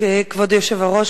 כבוד היושב-ראש,